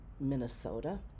Minnesota